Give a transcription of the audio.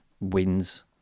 wins